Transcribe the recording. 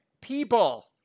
people